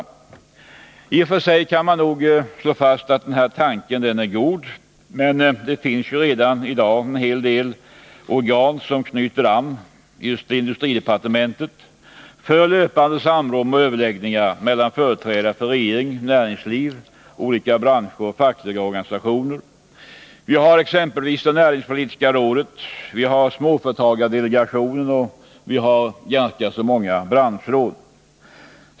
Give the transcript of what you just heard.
I och för sig kan man slå fast att den här tanken är god, men det finns redan i dag en hel del organ som knyter an just till industridepartementet — för löpande samråd och överläggningar mellan företrädare för regering, näringsliv, olika branscher och fackliga organisationer. Vi har exempelvis det näringspolitiska rådet, småföretagardelegationen och ganska många branschråd.